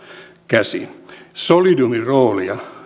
käsin solidiumin roolia